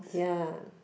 ya